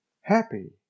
happy